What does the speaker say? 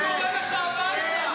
קורא לך הביתה.